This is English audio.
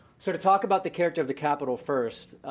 so, to talk about the character of the capital first,